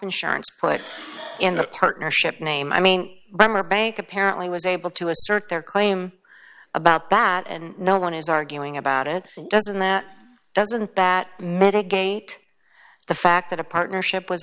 insurance put in the partnership name i mean by my bank apparently was able to assert their claim about bat and no one is arguing about it doesn't that doesn't that mitigate the fact that a partnership w